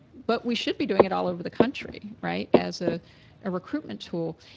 but we should be doing it all over the country, right as a ah recruitment tool.